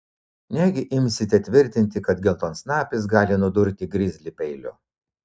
negi imsite tvirtinti kad geltonsnapis gali nudurti grizlį peiliu